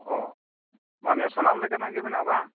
ᱚᱸᱻ ᱢᱟᱱᱮ ᱥᱟᱱᱟᱢ ᱞᱮᱠᱟᱱᱟᱜ ᱜᱮ ᱢᱮᱱᱟᱜᱼᱟ ᱵᱟᱝ